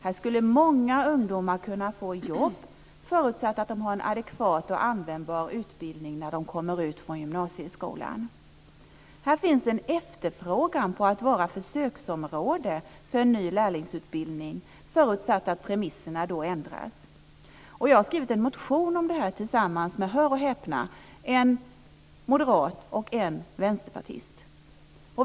Många ungdomar skulle kunna få jobb där förutsatt att de har en adekvat och användbar utbildning när de går ut från gymnasieskolan. Här vill man att det ska inrättas ett försöksområde för en ny lärlingsutbildning förutsatt att premisserna ändras. Jag har skrivit en motion om detta tillsammans med - hör och häpna - en moderat och en vänsterpartist.